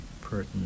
pertinent